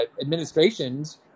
administrations